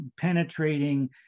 penetrating